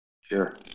Sure